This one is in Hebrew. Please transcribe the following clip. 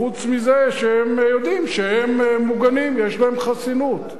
חוץ מזה שהם יודעים שהם מוגנים ושיש להם חסינות?